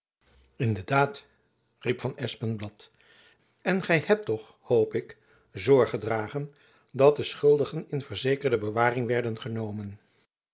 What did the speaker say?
in de daad riep van espenblad en gy hebt toch hoop ik zorg gedragen dat de schuldigen in verzekerde bewaring werden genomen